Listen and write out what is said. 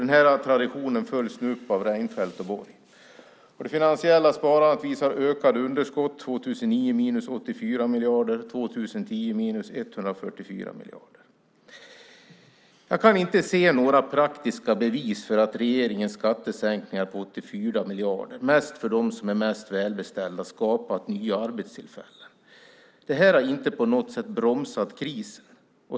Den här traditionen följs nu upp av Reinfeldt och Borg. Det finansiella sparandet visar ökade underskott. År 2009 blir det ett minus på 84 miljarder och 2010 ett minus på 144 miljarder. Jag kan inte se några praktiska bevis för att regeringens skattesänkningar på 84 miljarder, mest för dem som är mest välbeställda, skapar nya arbetstillfällen. Det här har inte på något sätt bromsat krisen.